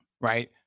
right